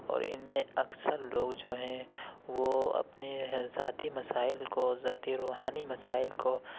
اور ان میں اکثر لوگ جو ہیں وہ اپنے ذاتی مسائل کو ذاتی روحانی مسائل کو